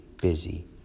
busy